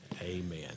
amen